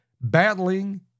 battling